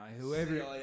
whoever